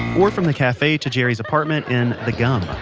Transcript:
or from the cafe to jerry's apartment in the gum